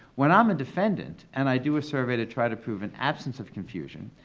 when i'm a defendant and i do a survey to try to prove an absence of confusion,